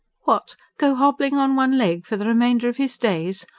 what go hobbling on one leg for the remainder of his days?